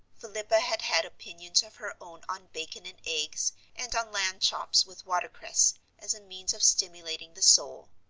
philippa had had opinions of her own on bacon and eggs and on lamb chops with watercress as a means of stimulating the soul.